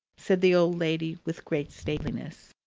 said the old lady with great stateliness.